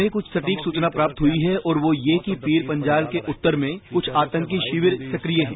हमें कुछ सटीक सूचना प्राप्त हुई है और वो यह है कि पीर पंजाल के उत्तर में कुछ आतंकी शिविर सक्रिय हैं